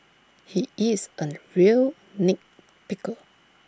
he is A real nit picker